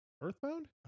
EarthBound